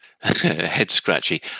head-scratchy